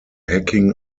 hacking